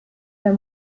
der